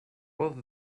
both